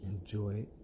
Enjoy